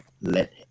let